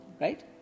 right